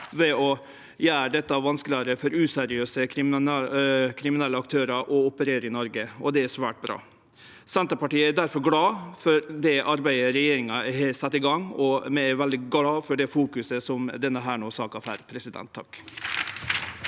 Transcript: ved å gjere det vanskelegare for useriøse, kriminelle aktørar å operere i Noreg, og det er svært bra. Senterpartiet er difor glad for det arbeidet regjeringa har sett i gang, og vi er veldig glade for fokuset som denne saka no får. Mona